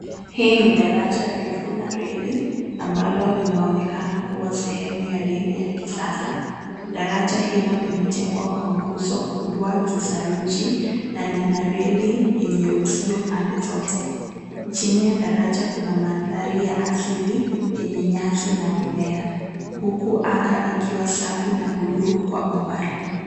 Hii ni daraja refu la reli ambalo linaonekana kuwa sehemu ya reli ya kisasa. Daraja hilo limejangwa kwa nguzo kubwa za saruji na lina reli eney uzio pande zote. Chini ya daraja kuna mandhari ya asili enye nyasi na mimea, huku anga ikiwa safi na buluu kwa umbali.